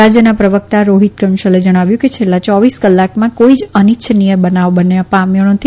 રાજયના પ્રવકતા રોફીત કંશલે જણાવ્યું કે છેલ્લા ચોવીસ કલાકમાં કોઈ અનિશ્વનીય બનાવ બનવા પામ્યો નથી